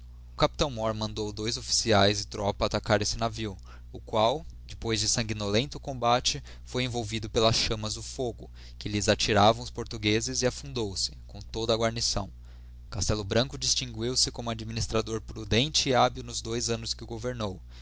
capitão mór mandou dois officiaes e tropa atacar esse navio o qual depois de sanguinolento combate foi envolvido pelas chammas do fogo que lhe atiravam os portuguezes e afundou se cora toda a guarnição castello branco distinguiu-se como administrador prudente e hábil nos dois annos que governou